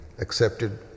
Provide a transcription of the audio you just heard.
accepted